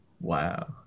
Wow